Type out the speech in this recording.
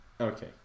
Okay